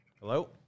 Hello